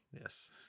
yes